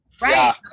right